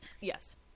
yes